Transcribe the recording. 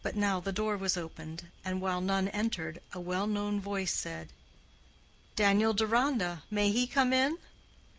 but now the door was opened, and while none entered, a well-known voice said daniel deronda may he come in?